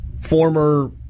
former